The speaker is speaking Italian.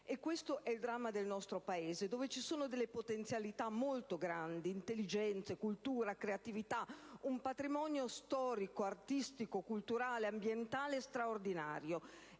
Questo è il dramma del nostro Paese dove ci sono potenzialità molto grandi, intelligenze, cultura, creatività, un patrimonio storico, artistico, culturale e ambientale straordinario.